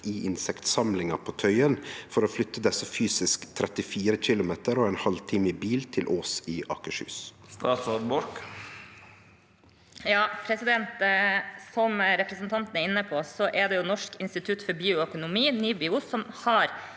i insektsamlinga på Tøyen for å flytte desse fysisk 34 kilometer og ein halvtime i bil til Ås i Akershus?» Statsråd Sandra Borch Som represen- tanten er inne på, er det Norsk institutt for bioøkonomi, NIBIO, som har